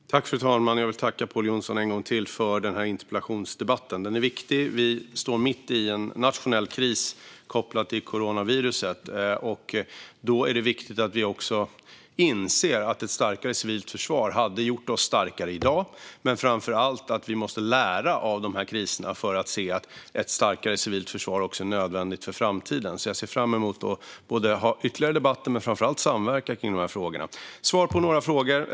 Fru talman! Jag vill en gång till tacka Pål Jonson för den här interpellationsdebatten. Den är viktig. Vi står mitt i en nationell kris kopplad till coronaviruset. Då är det viktigt att vi inser att ett starkare civilt försvar hade gjort oss starkare i dag, men framför allt att vi måste lära av den här krisen för att se att ett starkare civilt försvar också är nödvändigt för framtiden. Jag ser därför fram emot ytterligare debatter men framför allt att samverka kring de här frågorna. Jag ska ge svar på några frågor.